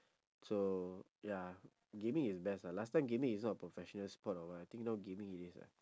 so ya gaming is best lah last time gaming is not a professional sport or what I think now gaming it is ah